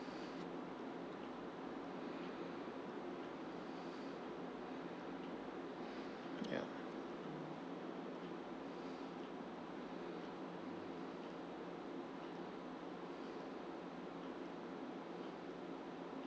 yup